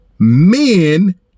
Men